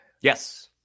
yes